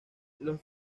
los